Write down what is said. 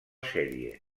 sèrie